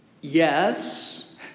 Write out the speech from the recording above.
Yes